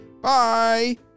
Bye